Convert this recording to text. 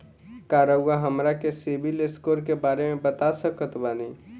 का रउआ हमरा के सिबिल स्कोर के बारे में बता सकत बानी?